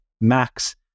max